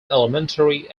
elementary